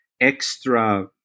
extra